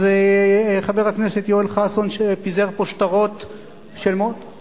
אז חבר הכנסת יואל חאסון, שפיזר פה שטרות חסון.